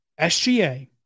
SGA